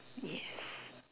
yes